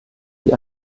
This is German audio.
die